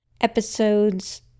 episodes